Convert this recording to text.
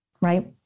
Right